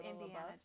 Indiana